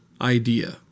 idea